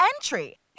entry